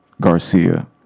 garcia